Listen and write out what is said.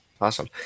awesome